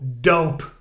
dope